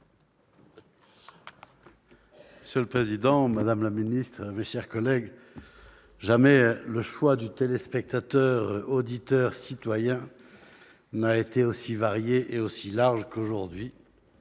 Monsieur le président, madame la ministre, mes chers collègues, jamais le choix du téléspectateur-auditeur-citoyen n'a été aussi varié et aussi large qu'aujourd'hui,